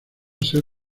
ser